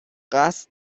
قصد